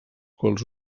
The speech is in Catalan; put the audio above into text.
quals